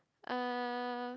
uh